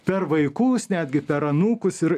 per vaikus netgi per anūkus ir